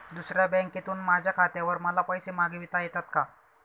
दुसऱ्या बँकेतून माझ्या खात्यावर मला पैसे मागविता येतात का?